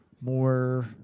more